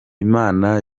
imana